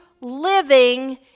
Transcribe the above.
living